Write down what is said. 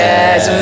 Yes